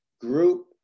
group